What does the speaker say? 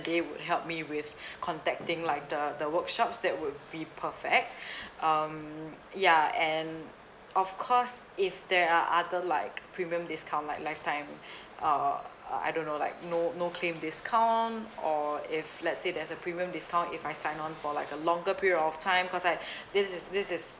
they would help me with contacting like the the workshops that would be perfect um ya and of course if there are other like premium discount like lifetime uh uh I don't know like no no claim discount or if let's say there's a premium discount if I sign on for like a longer period of time cause like this is this is